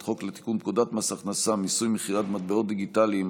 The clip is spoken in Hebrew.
חוק לתיקון פקודת מס הכנסה (מיסוי מכירת מטבעות דיגיטליים),